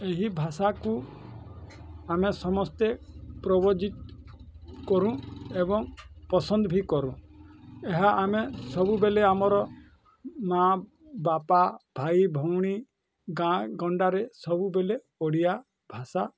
ଏହି ଭାଷାକୁ ଆମେ ସମସ୍ତେ ପ୍ରଭଜିତ କରୁଁ ଏବଂ ପସନ୍ଦ ଭି କରୁଁ ଏହା ଆମେ ସବୁବେଲେ ଆମର ମାଆ ବାପା ଭାଇ ଭଉଣୀ ଗାଁ ଗଣ୍ଡାରେ ସବୁବେଲେ ଓଡ଼ିଆ ଭାଷା